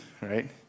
right